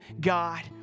God